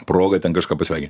proga ten kažką pasveikint